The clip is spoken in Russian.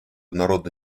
народно